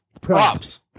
Props